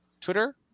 Twitter